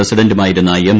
പ്രസിഡന്റുമായിരുന്ന M